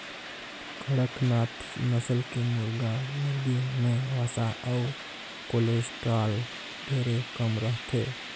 कड़कनाथ नसल के मुरगा मुरगी में वसा अउ कोलेस्टाल ढेरे कम रहथे